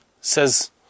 says